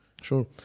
Sure